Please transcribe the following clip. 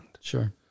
Sure